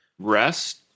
Rest